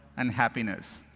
and happiness.